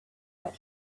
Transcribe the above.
but